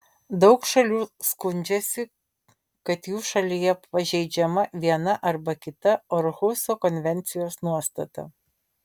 daug šalių skundžiasi kad jų šalyje pažeidžiama viena arba kita orhuso konvencijos nuostata